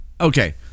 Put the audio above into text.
Okay